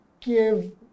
give